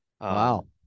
Wow